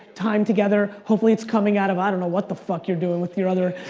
time together, hopefully it's coming out of, i don't know what the fuck you're doing with your other,